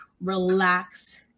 relax